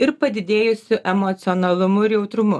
ir padidėjusiu emocionalumu ir jautrumu